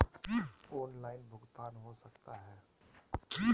Online भुगतान हो सकता है?